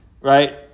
right